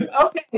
okay